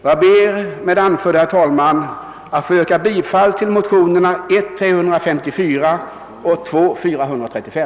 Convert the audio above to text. Jag ber att med det anförda, herr talman, få yrka bifall till motionerna I: 354 och II: 435.